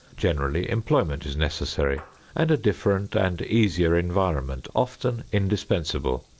generally employment is necessary and a different and easier environment often indispensable.